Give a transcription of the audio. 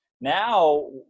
now